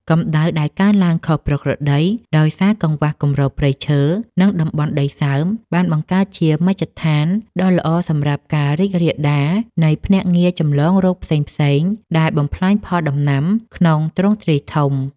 កម្ដៅដែលកើនឡើងខុសប្រក្រតីដោយសារកង្វះគម្របព្រៃឈើ និងតំបន់ដីសើម បានបង្កើតជាមជ្ឈដ្ឋានដ៏ល្អសម្រាប់ការរីករាលដាលនៃភ្នាក់ងារចម្លងរោគផ្សេងៗដែលបំផ្លាញផលដំណាំក្នុងទ្រង់ទ្រាយធំ។